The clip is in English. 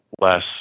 less